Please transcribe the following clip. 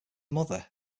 mother